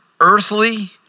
earthly